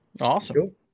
awesome